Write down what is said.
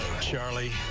Charlie